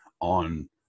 on